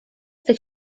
tych